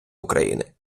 україни